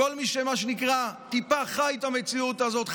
כל מי שטיפה חי את המציאות הזאת,